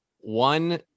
One